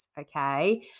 okay